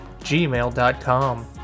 gmail.com